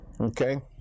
Okay